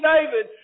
David